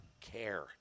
care